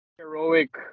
heroic